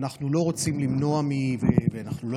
ואנחנו לא רוצים למנוע ואנחנו גם לא